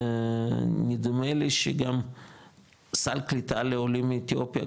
נדמה לי שגם סל קליטה לעולים מאתיופיה,